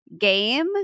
game